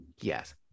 Yes